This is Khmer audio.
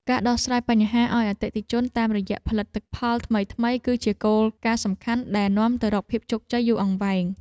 ការដោះស្រាយបញ្ហាឱ្យអតិថិជនតាមរយៈផលិតផលថ្មីៗ គឺជាគោលការណ៍សំខាន់ដែលនាំទៅរកភាពជោគជ័យយូរអង្វែង។